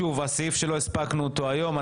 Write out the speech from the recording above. ואני אומר שהסעיף שלא הספקנו לדון בו היום,